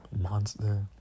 monster